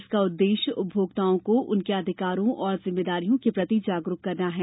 इसका उददेश्य उपभोक्ता को उसके अधिकारों और जिम्मेदारियों के प्रति जागरूक करना है